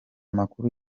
makuru